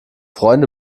freunde